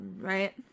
right